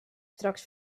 straks